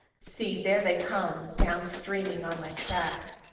see! there they come, down streaming on my track!